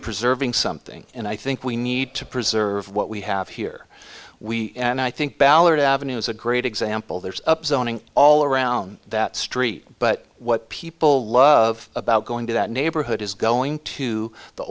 preserving something and i think we need to preserve what we have here we and i think ballard avenue is a great example there's up zoning all around that street but what people love about going to that neighborhood is going to the